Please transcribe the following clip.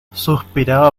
suspiraba